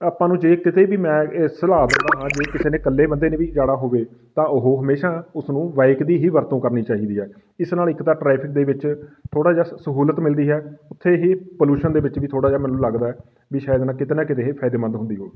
ਆਪਾਂ ਨੂੰ ਜੇ ਕਿਤੇ ਵੀ ਮੈਂ ਇਹ ਸਲਾ ਜੇ ਕਿਸੇ ਨੇ ਇਕੱਲੇ ਬੰਦੇ ਨੇ ਵੀ ਜਾਣਾ ਹੋਵੇ ਤਾਂ ਉਹ ਹਮੇਸ਼ਾ ਉਸਨੂੰ ਬਾਇਕ ਦੀ ਹੀ ਵਰਤੋਂ ਕਰਨੀ ਚਾਹੀਦੀ ਹੈ ਇਸ ਨਾਲ ਇੱਕ ਤਾਂ ਟਰੈਫਿਕ ਦੇ ਵਿੱਚ ਥੋੜ੍ਹਾ ਜਿਹਾ ਸਹੂਲਤ ਮਿਲਦੀ ਹੈ ਉੱਥੇ ਹੀ ਪੋਲਿਊਸ਼ਨ ਦੇ ਵਿੱਚ ਵੀ ਥੋੜ੍ਹਾ ਜਿਹਾ ਮੈਨੂੰ ਲੱਗਦਾ ਵੀ ਸ਼ਾਇਦ ਨਾ ਕਿਤੇ ਨਾ ਕਿਤੇ ਇਹ ਫਾਇਦੇਮੰਦ ਹੁੰਦੀ ਹੋਵੇ